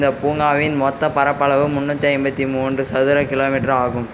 இந்தப் பூங்காவின் மொத்த பரப்பளவு முன்னூற்றி ஐம்பத்தி மூன்று சதுர கிலோமீட்டர் ஆகும்